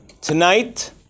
Tonight